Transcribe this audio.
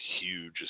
huge